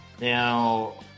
Now